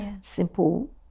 simple